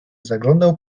zaglądał